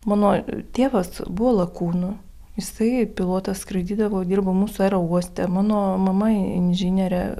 mano tėvas buvo lakūnu jisai pilotas skraidydavo dirbo mūsų aerouoste mano mama inžinierė